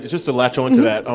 just to latch onto that, ah